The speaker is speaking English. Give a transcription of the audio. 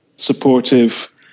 supportive